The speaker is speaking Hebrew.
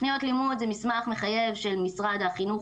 תוכניות לימוד זה מסמך מחייב של משרד החינוך,